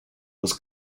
was